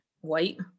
white